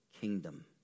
kingdom